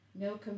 No